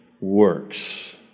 works